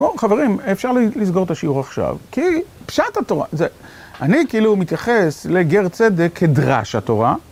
בואו, חברים, אפשר לסגור את השיעור עכשיו, כי פשט התורה זה- אני כאילו מתייחס לגר צדק כדרש התורה